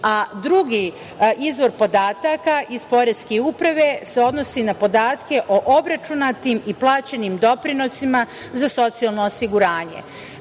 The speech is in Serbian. a drugi izvor podataka iz poreske uprave se odnosi na podatke o obračunatim i plaćenim doprinosima za socijalno osiguranje. Osmi